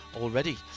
already